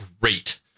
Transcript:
great